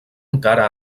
encara